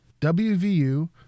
WVU